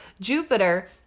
Jupiter